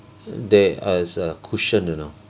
they has a cushion you know